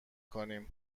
کنیم